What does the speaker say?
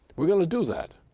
we're going to do that!